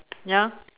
ya